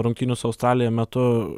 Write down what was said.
rungtynių su australija metu